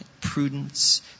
prudence